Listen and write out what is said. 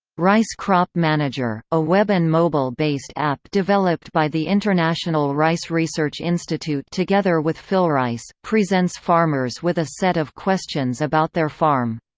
rice crop manager, a web and mobile-based app developed by the international rice research institute together with philrice, presents farmers with a set of questions about their farm.